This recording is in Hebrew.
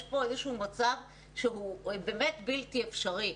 יש פה מצב בלתי אפשרי.